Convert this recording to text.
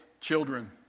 children